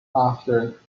after